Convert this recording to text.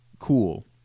Cool